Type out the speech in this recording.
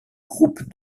groupe